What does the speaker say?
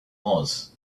was